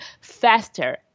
faster